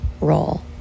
role